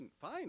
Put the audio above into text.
fine